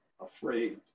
afraid